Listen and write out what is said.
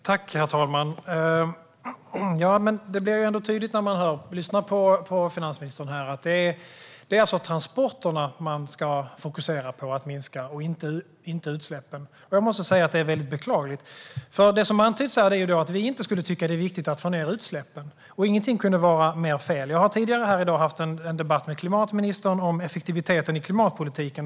Herr talman! Det blir ändå tydligt när man lyssnar på finansministern att det är transporterna man fokuserar på att minska, inte utsläppen. Det är beklagligt. Det som har antytts här är att vi inte skulle tycka att det är viktigt att minska utsläppen. Ingenting kunde vara mer fel. Jag har tidigare i dag haft en debatt med klimatministern om effektiviteten i klimatpolitiken.